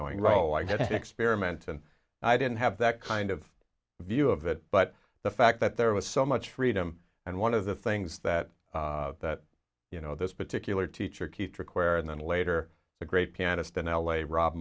going well i had to experiment and i didn't have that kind of view of it but the fact that there was so much freedom and one of the things that you know this particular teacher keith require and then later the great pianist in l a rob